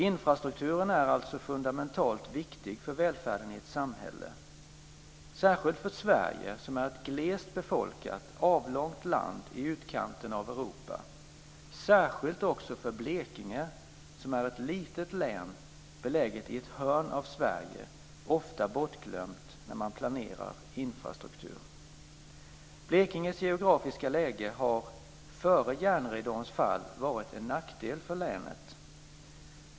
Infrastrukturen är alltså fundamentalt viktig för välfärden i ett samhälle, särskilt för Sverige som är ett glest befolkat, avlångt land i utkanten av Europa, särskilt också för Blekinge som är ett litet län beläget i ett hörn av Sverige, ofta bortglömt när man planerar infrastruktur. Blekinges geografiska läge har före järnridåns fall varit en nackdel för länet.